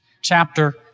chapter